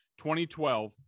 2012